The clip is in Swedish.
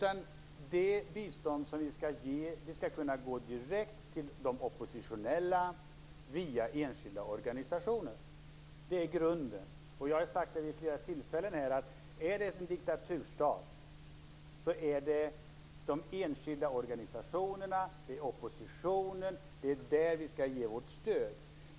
Det bistånd vi skall ge skall kunna gå direkt till de oppositionella via enskilda organisationer. Det är grunden. Jag har vid flera tillfällen här sagt att är det en diktaturstat är det till de enskilda organisationerna och till oppositionen som vi skall ge vårt stöd.